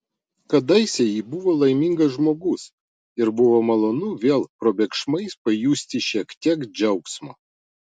kadaise ji buvo laimingas žmogus ir buvo malonu vėl probėgšmais pajusti šiek tiek džiaugsmo